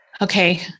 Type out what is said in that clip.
Okay